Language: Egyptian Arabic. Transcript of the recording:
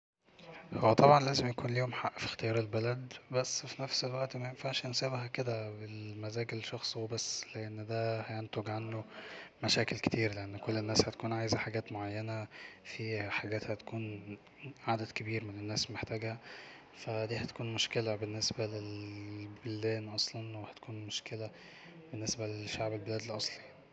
هو طبعا لازم يكون ليهم حق في اختيار البلد بس في نفس الوقت مينفعش نسيبها كده بالمزاج الشخص وبس لان دا هينتج عنده مشاكل لأن كل الناس هتكون عايزة حاجة معينة في حاجات هتكون عدد كبير من الناس محتاجها ف دي هتكون مشكلة بالنسبة للبلدان اصلا وتكون مشكلة بالنسبة لشعب البلاد الاصلي